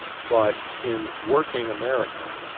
but in working america,